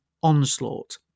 onslaught